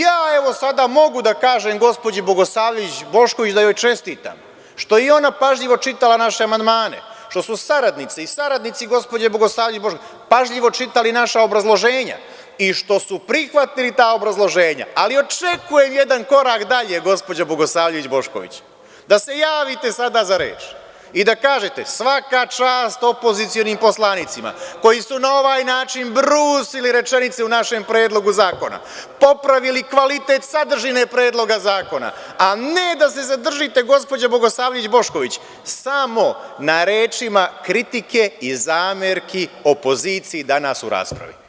Ja evo sada mogu da kažem, gospođi Bogosavljević, da joj čestitam, što je i ona pažljivo čitala naše amandmane, što su saradnici i saradnice gospođe Bogosavljević pažljivo čitali naše obrazloženje i što su prihvatili ta obrazloženja, ali očekujem jedan korak dalje, gospođo Bogosavljević Bošković, da se javite sada za reč i da kažete – svaka čast opozicionim poslanicima koji su na ovaj način brusili rečenice u našem Predlogu zakona, popravili kvalitet sadržine Predloga zakona, a ne da se zadržite gospođo Bogosavljević Bošković, samo na rečima kritike i zamerki opozicije danas u raspravi.